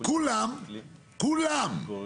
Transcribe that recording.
כולם קנו